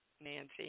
Nancy